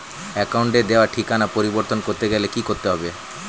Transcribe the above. অ্যাকাউন্টে দেওয়া ঠিকানা পরিবর্তন করতে গেলে কি করতে হবে?